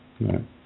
Right